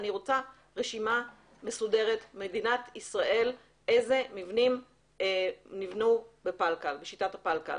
אני רוצה לראות רשימה מסודרת איזה מבנים נבנו בשיטת הפלקל